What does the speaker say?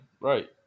right